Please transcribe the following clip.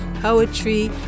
poetry